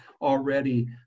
already